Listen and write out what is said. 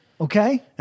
Okay